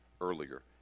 earlier